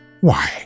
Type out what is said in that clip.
Why